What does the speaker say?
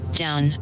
down